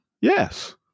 Yes